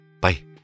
Bye